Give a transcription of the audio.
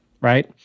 Right